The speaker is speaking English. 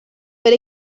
but